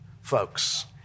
folks